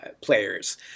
players